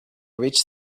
reached